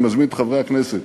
אני מזמין את חברי הכנסת: